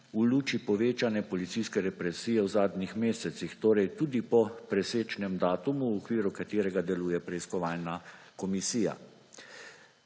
v luči povečane policijske represije v zadnjih mesecih, torej tudi po presečnem datumu, v okviru katerega deluje preiskovalna komisija.